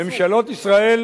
ממשלות ישראל